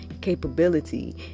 capability